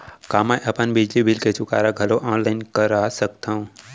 का मैं अपन बिजली बिल के चुकारा घलो ऑनलाइन करा सकथव?